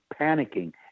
panicking